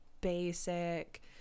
basic